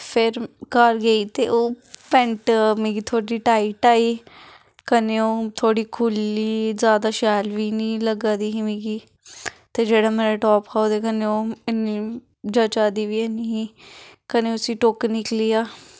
फिर घर गेई ते ओह् पैंट मिगी थोह्ड़ी टाईट आई कन्नै ओह् थोह्ड़ी खुल्ली जैदा शैल बी निं लग्गा दी ही मिगी ते जेह्ड़ा मेरा टॉप हा ओह्दे कन्नै ओह् इन्नी जचा दी बी ऐनी ही कन्नै उस्सी टोक्क निकलियां